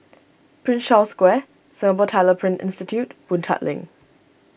Prince Charles Square Singapore Tyler Print Institute Boon Tat Link